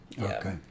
Okay